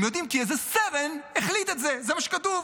הם יודעים כי איזה סרן החליט את זה, זה מה שכתוב.